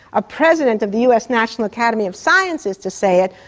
a president of the us national academy of sciences to say it,